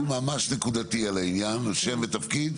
אם ממש נקודתי על העניין, שם ותפקיד.